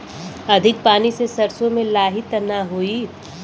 अधिक पानी से सरसो मे लाही त नाही होई?